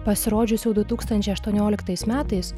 pasirodžiusių du tūkstančiai aštuonioliktais metais